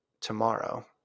tomorrow